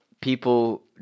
people